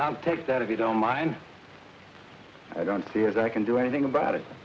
trouble take that if you don't mind i don't see as i can do anything about it